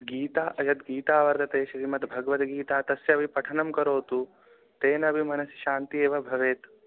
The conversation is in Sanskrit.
गीता या गीता वर्तते श्रीमद्भगवद्गीता तस्याः अपि पठनं करोतु तेनापि मनसि शान्तिः एव भवेत्